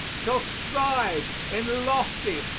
shall strive in lofty,